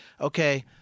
okay